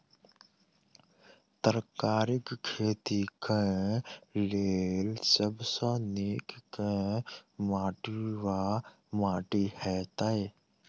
तरकारीक खेती केँ लेल सब सऽ नीक केँ माटि वा माटि हेतै?